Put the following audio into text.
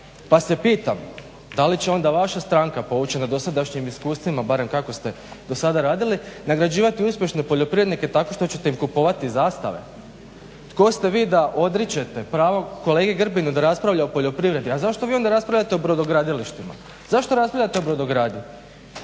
pa se pitam da li će onda vaša stranka poučena dosadašnjim iskustvima barem kako ste do sada radili, nagrađivati uspješne poljoprivrednike tako što ćete im kupovati zastave? Tko ste vi da odričete pravo kolegi Grbinu da raspravlja o poljoprivredi? A zašto vi onda raspravljate o brodogradilištima, zašto raspravljate o brodogradnji?